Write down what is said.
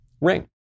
Ring